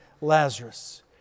Lazarus